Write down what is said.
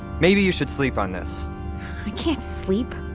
maybe you should sleep on this i can't sleep.